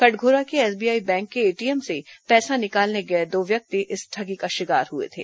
कटघोरा के SBI bank के ATM में पैसा निकालने गए दो व्यक्ति इस ठगी का शिकार हुए थे